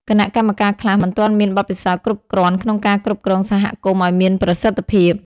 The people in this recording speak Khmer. គណៈកម្មការខ្លះមិនទាន់មានបទពិសោធន៍គ្រប់គ្រាន់ក្នុងការគ្រប់គ្រងសហគមន៍ឲ្យមានប្រសិទ្ធភាព។